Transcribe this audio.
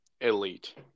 Elite